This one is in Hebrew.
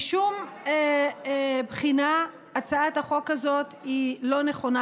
משום בחינה הצעת החוק הזאת היא לא נכונה,